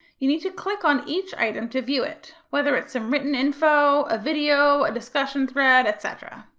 you need to click on each item to view it, whether it's some written info, a video, a discussion thread, etc.